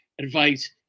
advice